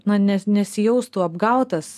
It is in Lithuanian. na nes nesijaustų apgautas